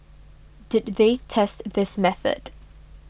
did they test this method